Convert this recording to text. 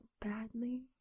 badly